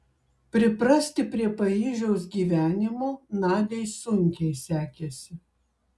priprasti prie paryžiaus gyvenimo nadiai sunkiai sekėsi